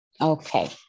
Okay